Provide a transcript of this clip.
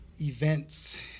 events